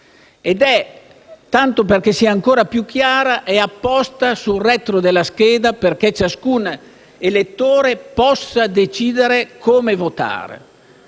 e, tanto perché sia ancora più chiara, è apposta sul retro della scheda, perché ciascun elettore possa decidere come votare